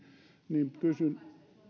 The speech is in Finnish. niin kysyn